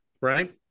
right